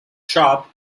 sharp